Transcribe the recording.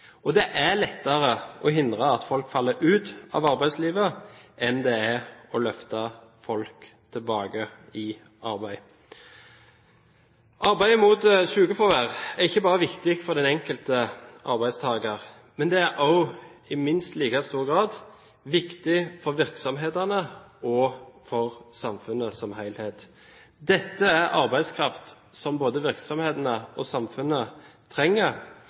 Det er lettere å hindre at folk faller ut av arbeidslivet enn det er å løfte folk tilbake i arbeid. Arbeidet mot sykefravær er ikke bare viktig for den enkelte arbeidstaker, men det er i minst like stor grad viktig for virksomhetene og for samfunnet som helhet. Dette er arbeidskraft som både virksomhetene og samfunnet trenger.